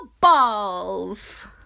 balls